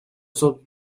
south